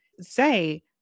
say